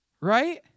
right